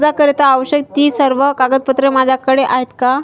कर्जाकरीता आवश्यक ति सर्व कागदपत्रे माझ्याकडे आहेत का?